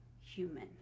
human